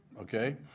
okay